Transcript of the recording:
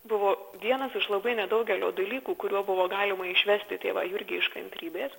buvo vienas iš labai nedaugelio dalykų kuriuo buvo galima išvesti tėvą jurgį iš kantrybės